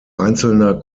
einzelner